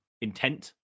intent